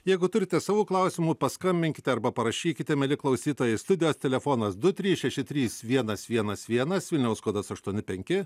jeigu turite savų klausimų paskambinkite arba parašykite mieli klausytojai studijos telefonas du trys šeši trys vienas vienas vienas vilniaus kodas aštuoni penki